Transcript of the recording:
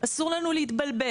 אסור לנו להתבלבל.